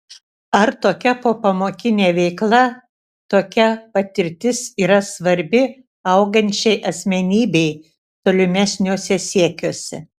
ar tokia popamokinė veikla tokia patirtis yra svarbi augančiai asmenybei tolimesniuose siekiuose